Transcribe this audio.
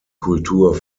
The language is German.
kultur